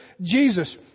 Jesus